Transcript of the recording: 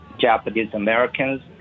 Japanese-Americans